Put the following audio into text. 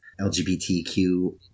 LGBTQ